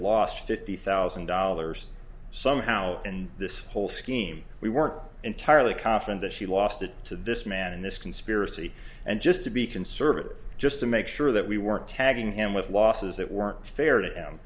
last fifty thousand dollars somehow and this whole scheme we weren't entirely confident that she lost it to this man in this conspiracy and just to be conservative just to make sure that we weren't tagging him with losses that weren't fair to him